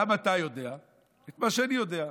גם אתה יודע את מה שאני יודע,